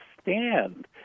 stand